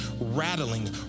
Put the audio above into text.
rattling